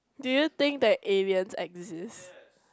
do you think that aliens exist